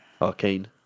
Arcane